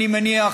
אני מניח,